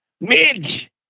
Midge